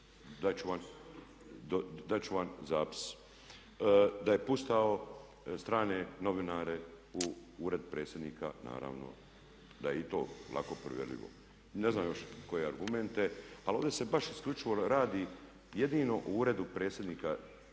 dat ću vam zapis, da je puštao strane novinare u ured predsjednika naravno da je i to lako provjerljivo. Ne znam još koje argumente ali ovdje se baš isključivo radi jedino o uredu predsjednika,